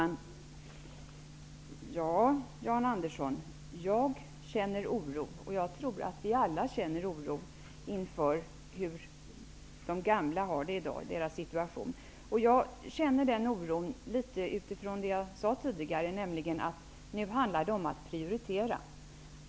Fru talman! Ja, Jan Andersson, jag känner oro, och jag tror att vi alla känner oro inför den situation som de gamla har i dag. Jag känner den oron litet utifrån det som jag sade tidigare, nämligen att det nu handlar om att prioritera.